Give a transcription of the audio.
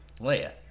Leia